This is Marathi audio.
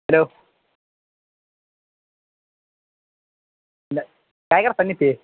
हलो काय करता नेते